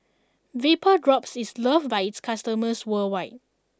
VapoDrops is loved by its customers worldwide